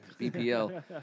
BPL